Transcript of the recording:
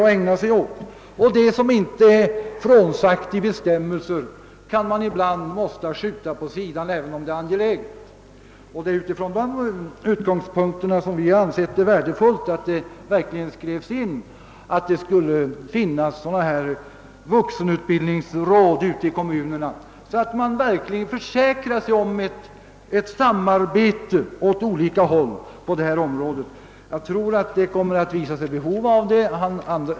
Och det som inte gällande bestämmelser säger att man skall göra, tvingas man därför ibland att skjuta åt sidan, även om det gäller i och för sig angelägna ting. Därför har vi ansett det värdefullt att ha bestämmelser om att det ute i kommunerna skall finnas vuxenutbildningsråd, så att man på det området kan försäkra sig om ett samarbete åt olika håll — jag anser att det kommer att föreligga behov. av det.